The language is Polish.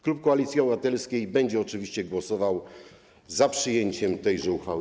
Klub Koalicji Obywatelskiej będzie oczywiście głosował za podjęciem tej uchwały.